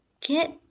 get